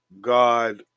God